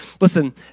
listen